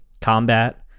combat